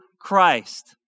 Christ